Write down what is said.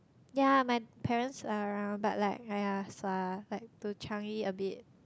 ya my parents are around but like !aiya! sua like to Changi a bit